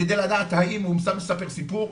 כדי לדעת האם הוא סתם מספר סיפור,